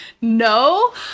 no